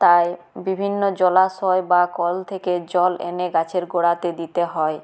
তাই বিভিন্ন জলাশয় বা কল থেকে জল এনে গাছের গোঁড়াতে দিতে হয়